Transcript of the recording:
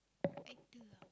actor ah